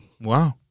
Wow